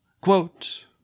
Quote